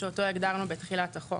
שאותו הגדרנו בתחילת החוק.